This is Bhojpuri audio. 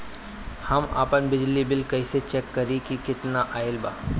हम आपन बिजली बिल कइसे चेक करि की केतना आइल बा?